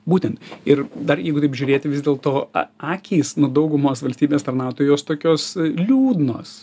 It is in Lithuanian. būtent ir dar jeigu taip žiūrėti vis dėlto akys nu daugumos valstybės tarnautojų jos tokios liūdnos